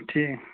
ٹھیٖک